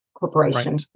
Corporation